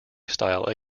style